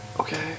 Okay